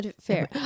Fair